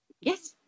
Yes